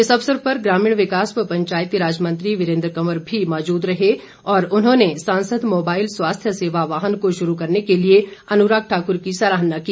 इस अवसर पर ग्रामीण विकास व पंचायती राज मंत्री वीरेन्द्र कंवर भी मौजूद रहे और उन्होंने सांसद मोबाईल स्वास्थ्य सेवा वाहन को शुरू करने के लिए अनुराग ठाकुर की सराहना की